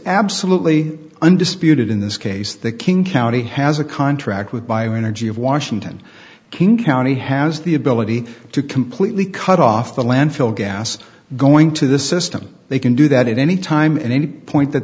absolutely undisputed in this case the king county has a contract with bio energy of washington king county has the ability to completely cut off the landfill gas going to the system they can do that at any time at any point that